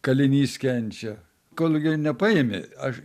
kalinys kenčia kol jo nepaėmė aš